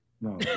no